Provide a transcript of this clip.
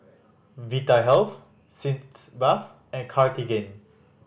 Vitahealth Sitz Bath and Cartigain